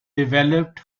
developed